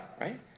right